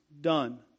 done